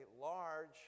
large